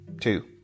two